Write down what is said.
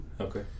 Okay